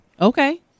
Okay